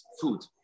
food